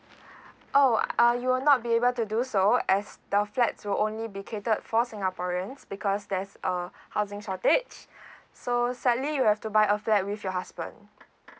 oh uh you will not be able to do so as the flats will only be catered for singaporeans because there's uh housing shortage so sadly you have to buy a flat with your husband